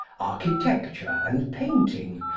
architecture and painting,